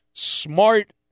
Smart